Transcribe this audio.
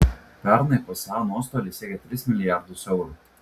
pernai psa nuostoliai siekė tris milijardus eurų